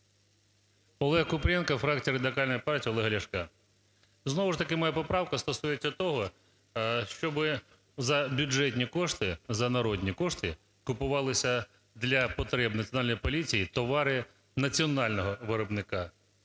ОлегКупрієнко, фракція Радикальної партії Олега Ляшка. Знову ж таки моя поправка стосується того, щоб за бюджетні кошти, за народні кошти купувалися для потреб Національної поліції товари національного виробника,